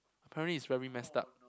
apparently it's very messed up